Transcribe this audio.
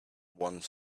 one